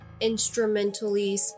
Instrumentally